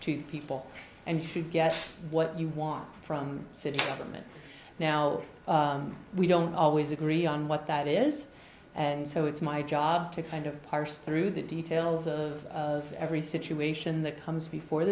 to people and you get what you want from city government now we don't always agree on what that is and so it's my job to kind of parse through the details of every situation that comes before